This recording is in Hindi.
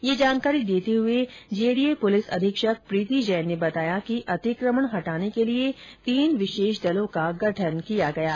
यह जानकारी देते हुए जेडीए पुलिस अधीक्षक प्रीति जैन ने बताया कि अतिक्रमण हटाने के लिए तीन विशेष दलों का गठन किया गया है